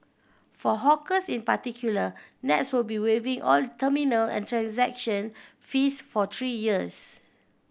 for hawkers in particular Nets will be waiving all terminal and transaction fees for three years